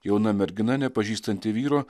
jauna mergina nepažįstanti vyro